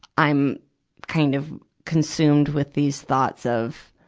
i'm kind of consumed with these thoughts of,